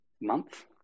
month